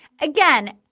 again